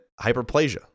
hyperplasia